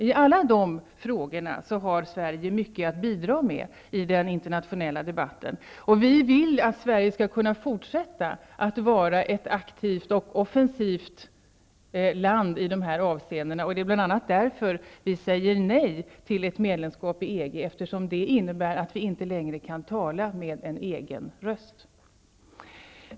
I alla de frågorna har Sverige mycket att bidra med i den internationella debatten, och vi vill att Sverige skall kunna fortsätta att vara ett aktivt och offensivt land i de här avseendena. Det är bl.a. därför vi säger nej till ett medlemskap i EG, eftersom det innebär att vi inte längre kan tala med en egen röst.